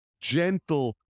gentle